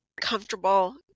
comfortable